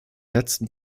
letzten